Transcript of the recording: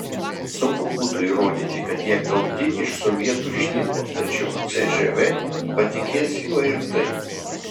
sunku būtų įrodyti kad jie gauti iš sovietų šnipo tačiau cžv patikės juo ir taip